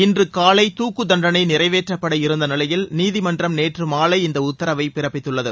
இன்று காலை தூக்குத்தண்டனை நிறைவேற்றப்பட இருந்த நிலையில் நீதிமன்றம் நேற்று மாலை இந்த உத்தரவை பிறப்பித்துள்ளது